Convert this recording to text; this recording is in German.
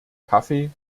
kaffee